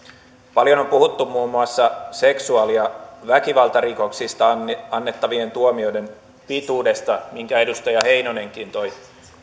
paljon on puhuttu muun muassa seksuaali ja väkivaltarikoksista annettavien tuomioiden pituudesta minkä edustaja heinonenkin toi